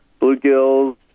bluegills